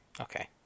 Okay